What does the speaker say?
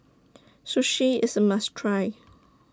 Sushi IS A must Try